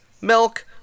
milk